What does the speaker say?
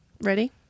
ready